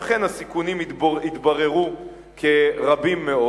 ואכן הסיכונים התבררו כרבים מאוד.